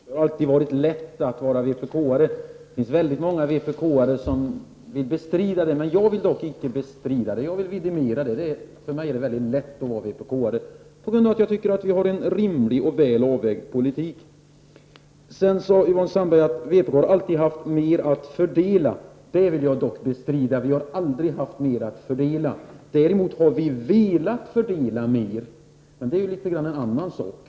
Herr talman! Yvonne Sandberg-Fries sade att det alltid har varit lätt att vara vpk-are. Det finns många vpk-are som vill bestrida det, men inte jag. Jag vill vidimera att det för mig är mycket lätt att vara vpk-are, eftersom jag tycker att vi har en rimlig och väl avvägd politik. Yvonne Sandberg-Fries sade vidare att vpk alltid har haft mer att fördela. Det vill jag dock bestrida. Vi har aldrig haft mer att fördela. Däremot har vi velat fördela mer, men det är en annan sak.